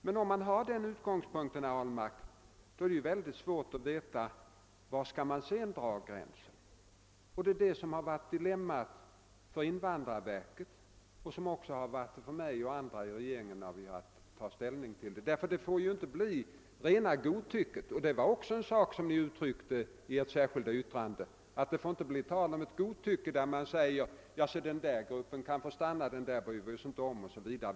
Men med denna utgångspunkt, herr Ahlmark, är det mycket svårt att veta var man sedan skall dra gränsen. Det är det som varit ett dilemma för invandrarverket liksom för mig och för andra i regeringen när vi haft att ta ställning i denna fråga. Det får inte bli fråga om rena godtycket, och det framhölls också i det särskilda yttrandet av folkpartiet att det inte får bli fråga om någonting sådant. Man får inte bara säga att en grupp får stanna medan man inte bryr sig om en annan.